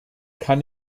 kann